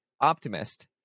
optimist